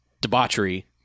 debauchery